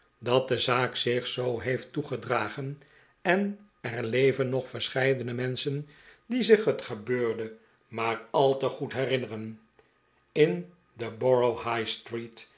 dat de zaak zich zoo heeft toegedragen en er leven nog verscheidene menschen die zich het gebeurde maar al te goed herinneren in de borough highstreet